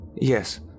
Yes